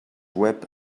web